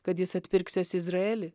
kad jis atpirksiąs izraelį